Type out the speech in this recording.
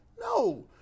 No